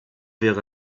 wäre